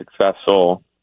successful